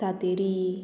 Sateri